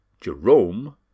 Jerome